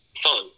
fun